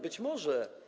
Być może.